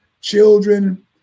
children